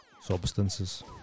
substances